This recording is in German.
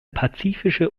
pazifische